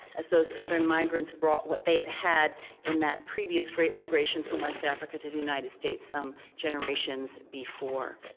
as those southern migrants brought what they had had in that previous great migration from west africa to the united states some generations before.